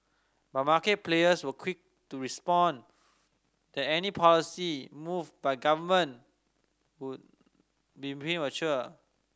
but market players were quick to respond that any policy move by government would be premature